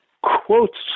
quotes